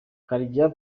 karegeya